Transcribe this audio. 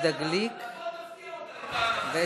בוא תפתיע אותנו, תברך על ההחלטה.